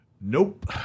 Nope